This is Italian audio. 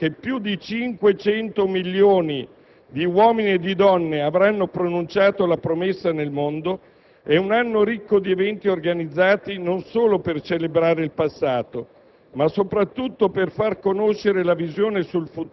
Il 2007, anno entro cui si stima che più di 500 milioni di uomini e di donne avranno pronunciato la promessa nel mondo, è un anno ricco di eventi organizzati non solo per celebrare il passato,